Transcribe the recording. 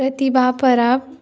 प्रतिभा पराब